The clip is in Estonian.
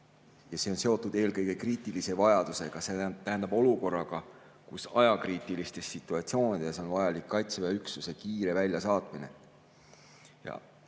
ja see on seotud eelkõige kriitilise vajadusega, see tähendab olukorraga, kus ajakriitilistes situatsioonides on vajalik Kaitseväe üksuse kiire väljasaatmine.